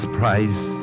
price